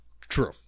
True